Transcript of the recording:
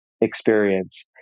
experience